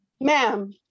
ma'am